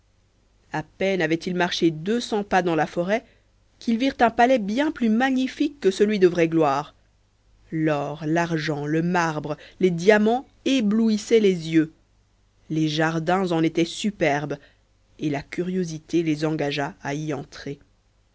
a peine avaient-ils marché deux cents pas dans la forêt qu'ils virent un palais bien plus magnifique que celui de vraie gloire l'or l'argent le marbre les diamants éblouissaient les yeux les jardins en étaient magnifiques et la curiosité les engagea à y entrer